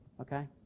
Okay